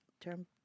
term